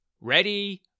Ready